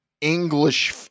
English